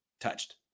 touched